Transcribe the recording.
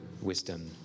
wisdom